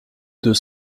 deux